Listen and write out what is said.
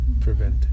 prevent